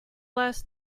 last